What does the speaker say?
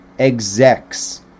execs